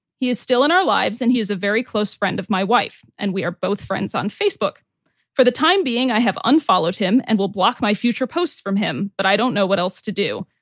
he is still in our lives and he is a very close friend of my wife and we are both friends on facebook for the time being. i have unfollowed him and will block my future posts from him, but i don't know what else to do.